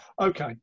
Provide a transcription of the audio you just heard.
Okay